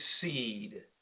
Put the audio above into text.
seed